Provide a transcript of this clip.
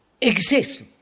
exist